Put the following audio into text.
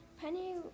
Penny